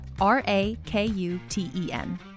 R-A-K-U-T-E-N